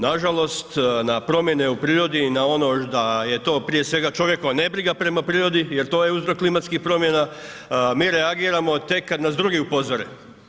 Nažalost na promjene u prirodi i na ono da je to prije svega čovjekova ne briga prirodi jer to je uzrok klimatskih promjena, mi reagiramo tek kada nas drugi upozore.